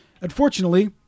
Unfortunately